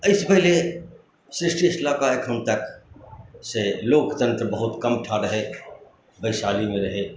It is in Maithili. एहिसॅं पहिले सृष्टिसँ लऽ के अखन तक से लोकतंत्र बहुत कम ठाम रहै वैशाली मे रहै